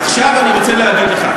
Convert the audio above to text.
עכשיו אני רוצה להגיד לך,